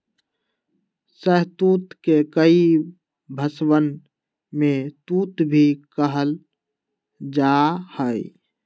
शहतूत के कई भषवन में तूत भी कहल जाहई